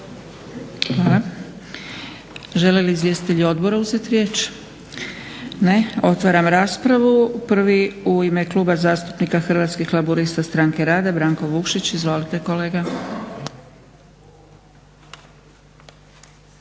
Hvala. Žele li izvjestitelji odbora uzeti riječ? Ne. Otvaram raspravu. Prvi u ime Kluba zastupnika Hrvatskih laburista-stranke rada Branko Vukšić, izvolite kolega.